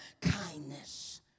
kindness